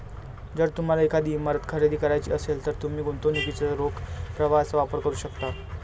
जर तुम्हाला एखादी इमारत खरेदी करायची असेल, तर तुम्ही गुंतवणुकीच्या रोख प्रवाहाचा वापर करू शकता